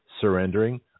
surrendering